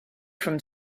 from